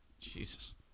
Jesus